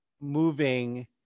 moving